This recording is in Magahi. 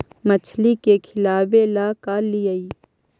मछली के खिलाबे ल का लिअइ?